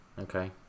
Okay